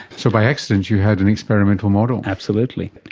so by accident you had an experimental model. absolutely.